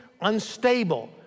unstable